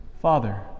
Father